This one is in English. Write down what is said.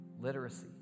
literacy